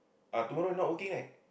ah tomorrow you not working right